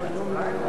אם כן, אדוני,